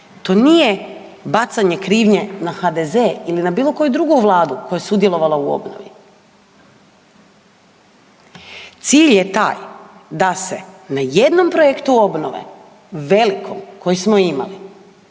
To nije bacanje krivnje na HDZ ili na bilo koju drugu Vladu koje je sudjelovala u obnovi. Cilj je taj da se na jednom projektu obnove velikom, koji smo imali,